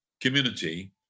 community